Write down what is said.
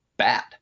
Bad